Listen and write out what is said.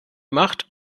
macht